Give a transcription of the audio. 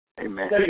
Amen